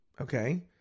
Okay